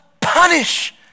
punish